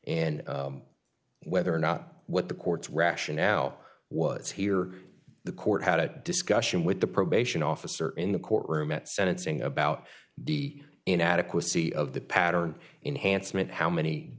in whether or not what the court's rationale was here the court had a discussion with the probation officer in the courtroom at sentencing about the inadequacy of the pattern in handsome and how many